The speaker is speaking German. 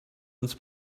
ins